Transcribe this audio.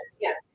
Yes